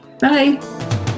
bye